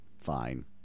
Fine